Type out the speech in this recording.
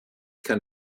kann